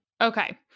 Okay